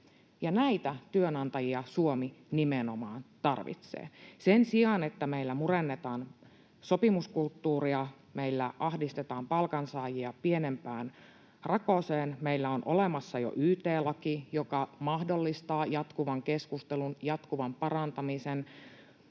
Näitä työnantajia Suomi nimenomaan tarvitsee. Sen sijaan, että meillä murennetaan sopimuskulttuuria ja meillä ahdistetaan palkansaajia pienempään rakoseen, meillä on olemassa jo yt-laki, joka mahdollistaa jatkuvan keskustelun, jatkuvan parantamisen.